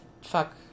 fuck